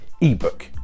ebook